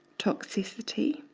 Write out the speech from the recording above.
toxicity,